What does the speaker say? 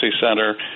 Center